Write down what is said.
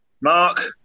Mark